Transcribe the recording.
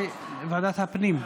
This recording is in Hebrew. ועדת הפנים.